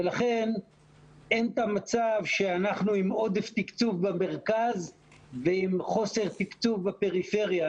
ולכן אין את המצב שאנחנו עם עודף תקצוב במרכז ועם חוסר תקצוב בפריפריה.